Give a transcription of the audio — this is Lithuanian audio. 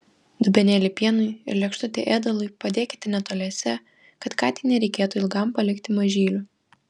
dubenėlį pienui ir lėkštutę ėdalui padėkite netoliese kad katei nereikėtų ilgam palikti mažylių